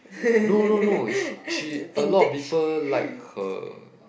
no no no she she a lot of people like her